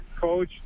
coach